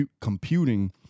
computing